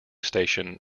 station